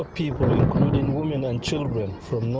ah people including women and children from